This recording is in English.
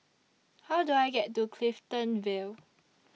How Do I get to Clifton Vale